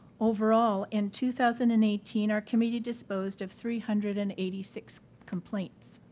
overall, in two thousand and eighteen, our committee disposed of three hundred and eighty six complaints.